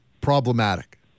problematic